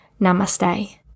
Namaste